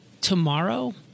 Tomorrow